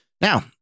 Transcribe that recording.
Now